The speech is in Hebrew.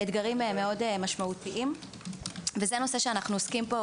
זה נושא שאנחנו עוסקים בו